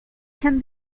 can